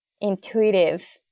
intuitive